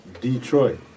Detroit